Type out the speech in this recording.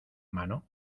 mano